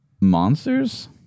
Monsters